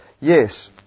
yes